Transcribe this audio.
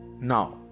now